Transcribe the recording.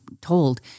told